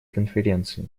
конференции